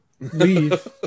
leave